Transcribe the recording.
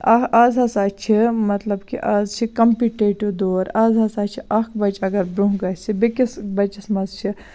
آ آز ہَسا چھِ مَطلَب کہِ آز چھِ کَمپِٹِیٚٹِو دور آز ہَسا چھُ اکھ بَچہِ اَگَر برونٛہہ گَژھِ بیٚکِس بَچَس مَنٛز چھِ